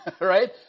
right